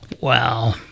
wow